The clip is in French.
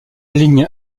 ligne